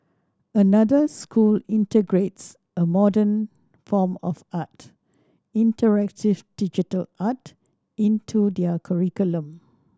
another school integrates a modern form of art interactive digital art into their curriculum